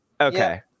Okay